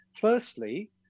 Firstly